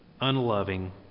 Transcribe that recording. unloving